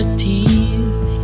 teeth